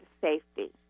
safety